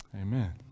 Amen